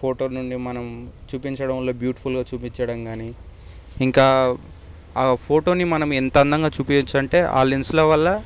photo నుండి మనం చూపించడంలో బ్యూటిఫుల్గా చూపించడం గానీ ఇంకా ఆ ఫోటోని మనం ఎంత అందంగా చూపియచ్చు అంటే ఆ లెన్సులవల్ల